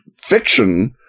fiction